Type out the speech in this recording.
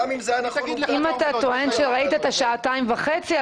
אם אתה טוען שראית את הסרטון במשך שעתיים וחצי,